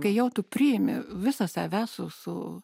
kai jau tu priimi visą save su su